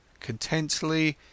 Contently